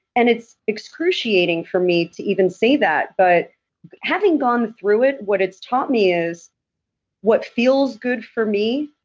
and it's excruciating for me to even say that, but having gone through it, what it's taught me is what feels good for me,